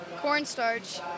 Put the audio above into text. Cornstarch